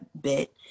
bit